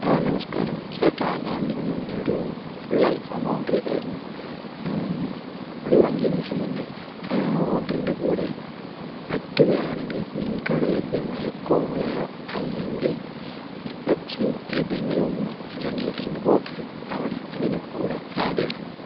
ആ നമസ്കാരം ചേട്ടാ ഞാൻ ഇതിന് മുന്നേ ഒരു ഫുൾ അൽഫാമ് ഓർഡര് ചെയ്തർന്നു ഒരു അഞ്ച് നിമിഷം മുന്നേ ആ ഓർഡറിൻ്റെ കൂടെ പറ്റുകയാണെങ്കിൽ നിങ്ങൾക്ക് അവിടെ ലഭ്യമായ കോളയോ അല്ലെങ്കിൽ പെപ്സിയോ ഏതെങ്കിലും ഒന്ന് രണ്ട് ലിറ്ററിൻ്റെ ബോട്ടില് അവിടെ അതിന് കൂടെ ആഡ് ചെയ്യണം